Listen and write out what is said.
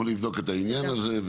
אנחנו נבדוק את העניין הזה.